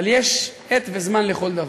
אבל יש עת וזמן לכל דבר.